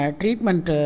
treatment